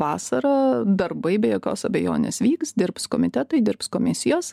vasarą darbai be jokios abejonės vyks dirbs komitetai dirbs komisijos